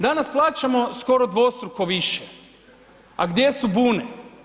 Danas plaćamo skoro dvostruko više, a gdje su bune.